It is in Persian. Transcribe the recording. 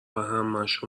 همشو